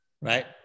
right